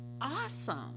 awesome